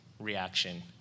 reaction